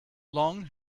long